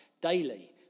daily